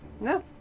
No